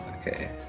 Okay